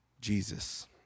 Jesus